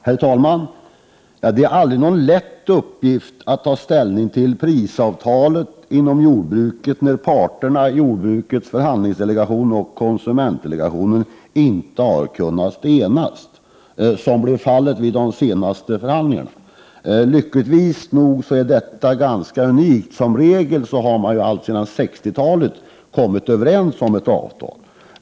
Herr talman! Det är aldrig någon lätt uppgift att ta ställning till prisavtalet inom jordbruket när parterna, jordbrukets förhandlingsdelegation och konsumentdelegationen, inte har kunnat enas, vilket blev fallet vid de senaste förhandlingarna. Lyckligtvis är detta mycket ovanligt; som regel har man alltsedan 60-talet kommit överens om ett avtal.